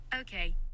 Okay